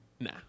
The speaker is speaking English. Nah